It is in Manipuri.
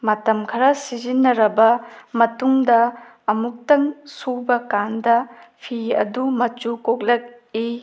ꯃꯇꯝ ꯈꯔ ꯁꯤꯖꯤꯟꯅꯔꯕ ꯃꯇꯨꯡꯗ ꯑꯃꯨꯛꯇꯪ ꯁꯨꯕꯀꯥꯟꯗ ꯐꯤ ꯑꯗꯨ ꯃꯆꯨ ꯀꯣꯛꯂꯛꯏ